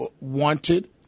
wanted